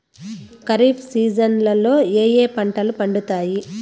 ఖరీఫ్ సీజన్లలో ఏ ఏ పంటలు పండుతాయి